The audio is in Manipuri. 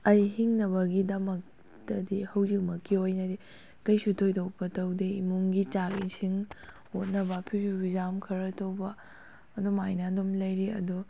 ꯑꯩ ꯍꯤꯡꯅꯕꯒꯤꯗꯃꯛꯇꯗꯤ ꯍꯧꯖꯤꯛꯃꯛꯀꯤ ꯑꯣꯏꯅꯗꯤ ꯀꯩꯁꯨ ꯊꯣꯏꯗꯣꯛꯄ ꯇꯧꯗꯦ ꯏꯃꯨꯡꯒꯤ ꯆꯥꯛ ꯏꯁꯤꯡ ꯍꯣꯠꯅꯕ ꯐꯤꯁꯨ ꯐꯤꯆꯥꯝ ꯈꯔ ꯇꯧꯕ ꯑꯗꯨꯃꯥꯏꯅ ꯑꯗꯨꯝ ꯂꯩꯔꯤ ꯑꯗꯨ